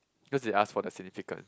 because they asked for the significant